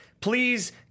please